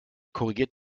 korrigiert